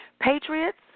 Patriots